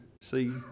see